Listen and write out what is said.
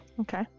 okay